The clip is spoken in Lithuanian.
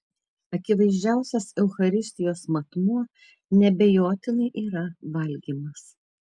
akivaizdžiausias eucharistijos matmuo neabejotinai yra valgymas